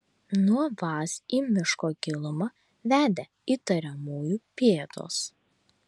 nuo vaz į miško gilumą vedė įtariamųjų pėdos